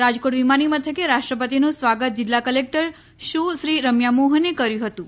રાજકોટ વિમાની મથકે રાષ્ર્ પતિનું સ્વાગત જિલ્લા ક્લેક્ટર સુશ્રી રમ્યા મોહને કર્યું હતું